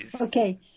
Okay